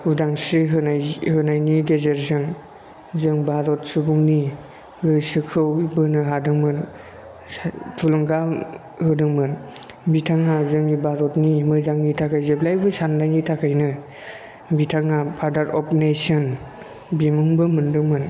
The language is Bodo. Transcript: उदांस्रि होनाय होनायनि गेजेरजों जों भारत सुबुंनि गोसोखौ बोनो हादोंमोन सा थुलुंगा होदोंमोन बिथाङा जोंनि भारतनि मोजांनि थाखाय जेब्लायबो साननायनि थाखायनो बिथाङा फादार अफ नेसन बिमुंबो मोनदोंमोन